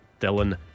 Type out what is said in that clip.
Dylan